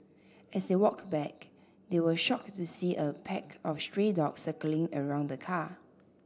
as they walked back they were shocked to see a pack of stray dogs circling around the car